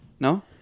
No